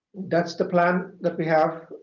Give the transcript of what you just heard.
that's the plan that we have.